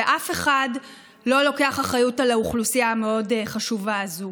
ואף אחד לא לוקח אחריות על האוכלוסייה המאוד-חשובה הזאת.